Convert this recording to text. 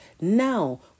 now